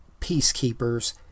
peacekeepers